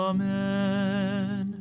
Amen